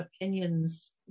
opinions